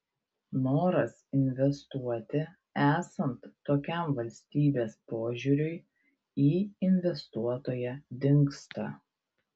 noras investuoti esant tokiam valstybės požiūriui į investuotoją dingsta